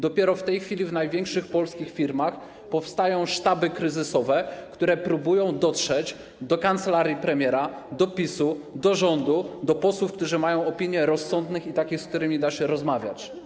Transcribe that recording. Dopiero w tej chwili w największych polskich firmach powstają sztaby kryzysowe, które próbują dotrzeć do kancelarii premiera, do PiS-u, do rządu, do posłów, którzy mają opinię rozsądnych, i takich, z którymi da się rozmawiać.